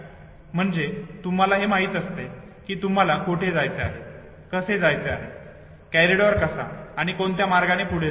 म्हणजे तुम्हाला हे माहित असते की तुम्हाला कोठे जायचे आहे कसे जायचे आहे कॉरीडॉर कसा आणि कोणत्या मार्गाने पुढे जातो